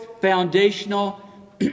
foundational